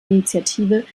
initiative